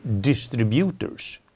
distributors